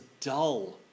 dull